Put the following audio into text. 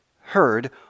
heard